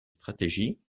stratégie